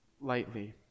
lightly